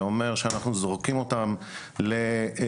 זה אומר שאנחנו זורקים אותם לגורלם.